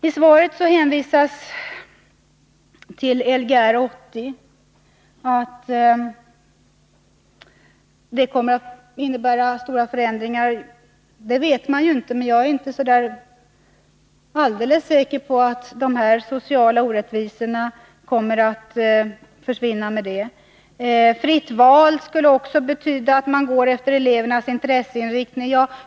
I svaret hänvisas till Lgr 80 och till att Lgr 80 kommer att innebära stora förändringar. Det vet vi ju inte. Jag är inte så säker på att de sociala orättvisorna kommer att försvinna i och med införandet av Lgr 80. Fritt valt arbete skulle också betyda att man går efter elevernas intresseinriktning.